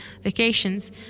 vacations